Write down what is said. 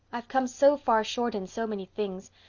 i've come so far short in so many things.